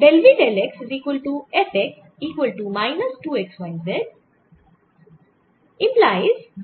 তাই